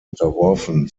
unterworfen